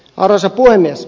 arvoisa puhemies